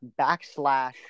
backslash